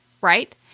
right